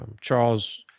Charles